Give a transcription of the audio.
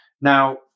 Now